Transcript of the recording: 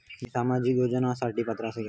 मी सामाजिक योजनांसाठी पात्र असय काय?